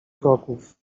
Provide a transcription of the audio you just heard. kroków